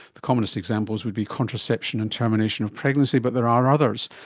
the commonest examples would be contraception and termination of pregnancy but there are others.